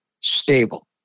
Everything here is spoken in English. Stable